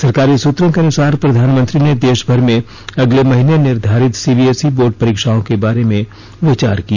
सरकारी सूत्रों के अनुसार प्रधानमंत्री ने देश भर में अगले महीने निर्धारित सीबीएसई बोर्ड परीक्षाओं के बारे में विचार किया